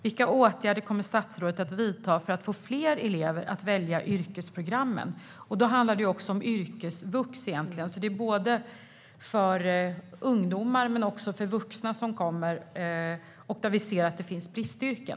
Vilka åtgärder kommer statsrådet att vidta för att få fler elever att välja yrkesprogrammen? Då handlar det också om yrkesvux. Det gäller alltså både ungdomar och vuxna som kommer och där vi ser att det finns bristyrken.